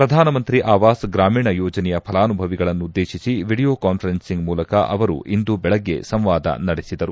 ಪ್ರಧಾನಮಂತ್ರಿ ಆವಾಸ್ ಗ್ರಾಮೀಣ ಯೋಜನೆಯ ಫಲಾನುಭವಿಗಳನ್ನುದ್ದೇತಿಸಿ ವಿಡಿಯೋ ಕಾನ್ವರೆನ್ಸಿಂಗ್ ಮೂಲಕ ಅವರು ಇಂದು ಬೆಳಗ್ಗೆ ಸಂವಾದ ನಡೆಸಿದರು